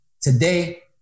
today